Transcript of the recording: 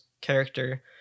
character